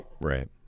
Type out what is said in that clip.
Right